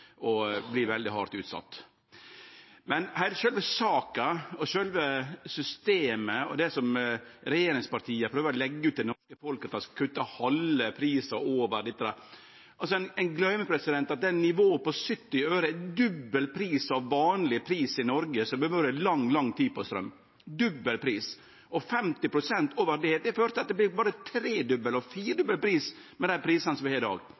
og dei vert veldig hardt utsette. Men til sjølve saka og sjølve systemet og det som regjeringspartia prøver å leggja ut no til folk, at dei skal kutte halve prisen og alt det der: Ein gløymer at det nivået på 70 øre er dobbel pris av det som har vore vanleg pris på straum i Noreg i lang, lang tid – dobbel pris. Og 50 pst. over det fører til at det vert både tredobbel og firedobbel pris, med dei prisane som vi har i dag.